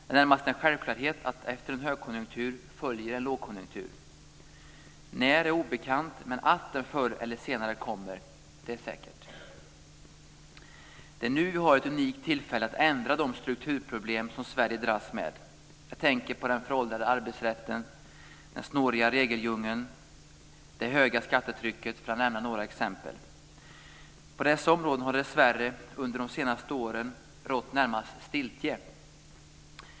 Det är närmast en självklarhet att efter en högkonjunktur följer en lågkonjunktur. När är obekant men att den förr eller senare kommer är säkert. Det är nu som vi har ett unikt tillfälle att ändra de strukturproblem som Sverige dras med. Jag tänker på den föråldrade arbetsrätten, den snåriga regeldjungeln och det höga skattetrycket, för att nämna några exempel. På dessa områden har det dessvärre under de senaste åren närmast rått stiltje.